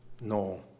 No